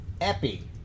epi